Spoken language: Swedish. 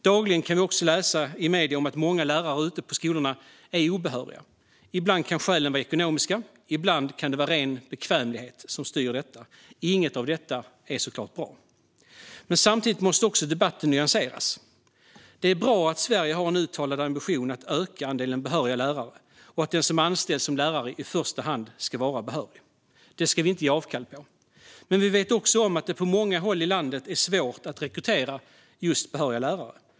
Dagligen kan vi läsa i medier om att många lärare ute på skolorna är obehöriga. Ibland kan skälen vara ekonomiska. Ibland kan det vara ren bekvämlighet som styr detta. Inget av detta är såklart bra. Men samtidigt måste debatten nyanseras. Det är bra att Sverige har en uttalad ambition att öka andelen behöriga lärare och att den som anställs som lärare i första hand ska vara behörig. Det ska vi inte ge avkall på. Men vi vet också att det på många håll i landet är svårt att rekrytera just behöriga lärare.